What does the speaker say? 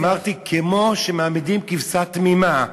לא, אני אמרתי: כמו שמעמידים כבשה תמימה,